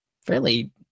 fairly